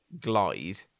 glide